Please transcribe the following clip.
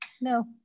No